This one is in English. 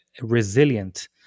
resilient